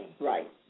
Right